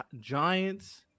Giants